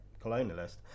colonialist